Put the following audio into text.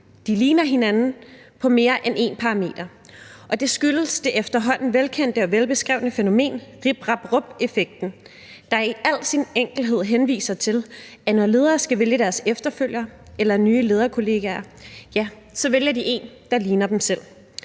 De ligner hinanden på mere end én parameter, og det skyldes det efterhånden velkendte og velbeskrevne fænomen Rip, Rap og Rup-effekten, der i al sin enkelhed henviser til, at når ledere skal vælge deres efterfølgere eller nye lederkollegaer, vælger de nogle, der ligner dem selv.